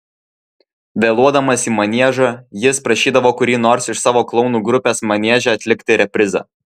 vėluodamas į maniežą jis prašydavo kurį nors iš savo klounų grupės manieže atlikti reprizą